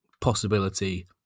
possibility